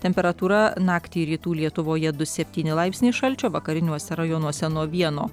temperatūra naktį rytų lietuvoje du septyni laipsniai šalčio vakariniuose rajonuose nuo vieno